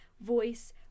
voice